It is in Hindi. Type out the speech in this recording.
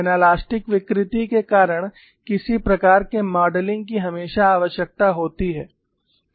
एनालास्टिक विकृति के कारण किसी प्रकार के मॉडलिंग की हमेशा आवश्यकता होती है